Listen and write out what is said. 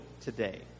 today